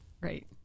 Right